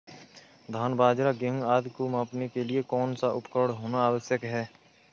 धान बाजरा गेहूँ आदि को मापने के लिए कौन सा उपकरण होना आवश्यक है?